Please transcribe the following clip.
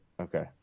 okay